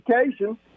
education